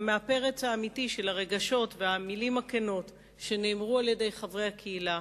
ומהפרץ האמיתי של הרגשות והמלים הכנות שנאמרו על-ידי חברי הקהילה,